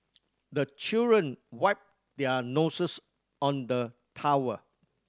the children wipe their noses on the towel